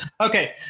Okay